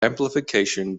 amplification